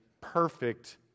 perfect